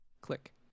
Click